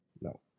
No